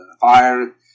fire